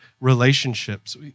relationships